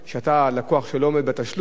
שאתה לקוח שלא עומד בתשלום,